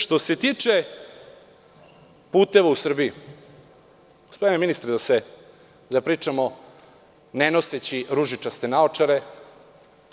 Što se tiče puteva u Srbiji, gospodine ministre, da pričamo ne noseći ružičaste naočare,